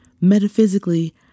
metaphysically